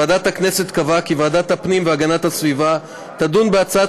ועדת הכנסת קבעה כי ועדת הפנים והגנת הסביבה תדון בהצעת